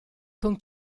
con